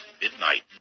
Midnight